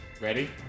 Ready